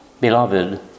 Beloved